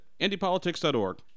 IndyPolitics.org